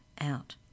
out